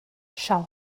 shall